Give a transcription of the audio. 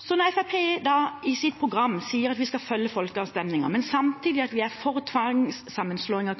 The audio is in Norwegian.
Når Fremskrittspartiet da i sitt program sier at vi skal følge folkeavstemninger, men samtidig sier at vi er for tvangssammenslåing av